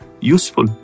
useful